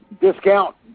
discount